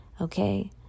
okay